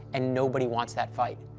and nobody wants that fight.